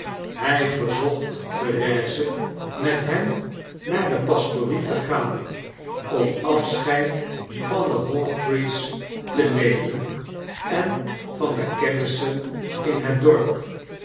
hy verzocht therese met hem naar de pastorie te gaan om afscheid van de hawtrey's te nemen en van de kennissen in het dorp